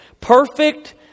Perfect